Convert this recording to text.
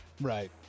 right